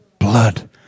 blood